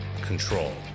Control